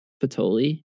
Patoli